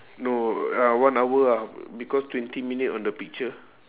no ah one hour ah because twenty minute on the picture